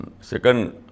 second